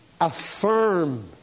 affirm